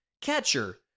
catcher